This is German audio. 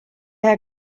herr